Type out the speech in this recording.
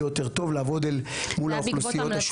יותר טוב לעבוד אל מול האוכלוסיות השונות.